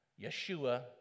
Yeshua